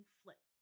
flip